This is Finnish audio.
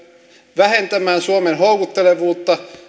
vähentämään suomen houkuttelevuutta